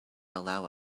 allow